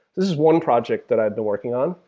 this is one project that i've been working on.